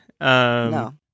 No